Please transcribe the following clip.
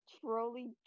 Trolly